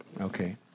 okay